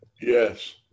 Yes